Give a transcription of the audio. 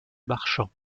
marchand